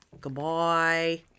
Goodbye